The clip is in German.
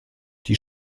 die